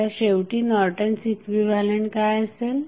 आता शेवटी Norton's equivalent काय असेल